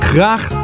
Graag